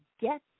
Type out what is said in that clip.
get